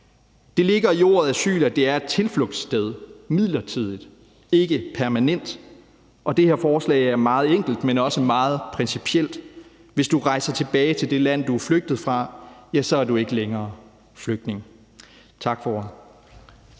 Det ligger i ordet asyl, at det er et tilflugtssted, noget midlertidigt, ikke noget permanent, og det her forslag er meget enkelt, men også meget principielt: Hvis du rejser tilbage til det land, du er flygtet fra, så er du ikke længere flygtning. Tak for